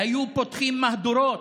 היו פותחים מהדורות.